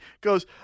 goes